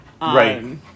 Right